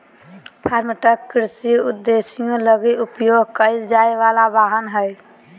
farm truck कृषि उद्देश्यों लगी उपयोग कईल जाय वला वाहन हइ